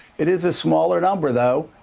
it is a smaller number, though,